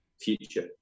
future